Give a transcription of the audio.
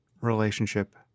relationship